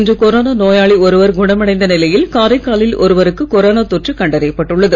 இன்று கொரோனா நோயாளி ஒருவர் புதுச்சேரியில் குணமடைந்த நிலையில் காரைக்காலில் ஒருவருக்கு கொரோனா தொற்று கண்டறியப் பட்டுள்ளது